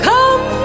Come